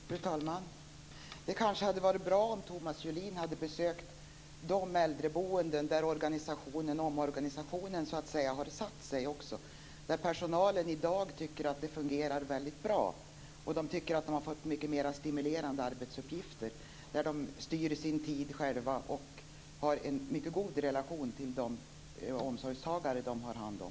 Fru talman! Det kanske hade varit bra om Thomas Julin hade besökt de hem för äldreboende där organisationen, omorganisationen, så att säga har satt sig, och där personalen tycker att det fungerar väldigt bra. Där tycker de att de har fått mycket mer stimulerande arbetsuppgifter. De styr sin tid själva och har en mycket god relation till de omsorgstagare de har hand om.